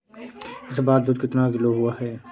इस बार दूध कितना किलो हुआ है?